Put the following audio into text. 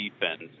defense